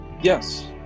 Yes